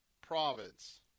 province